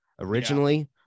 originally